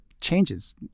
changes